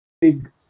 big